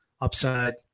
upside